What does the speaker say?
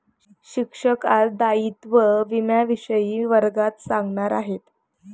शिक्षक आज दायित्व विम्याविषयी वर्गात सांगणार आहेत